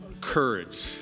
courage